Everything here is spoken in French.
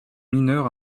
mineurs